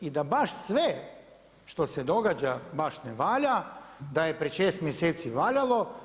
I da baš sve što se događa, baš ne valja, da je prije 6 mjeseci valjalo.